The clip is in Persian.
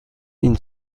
این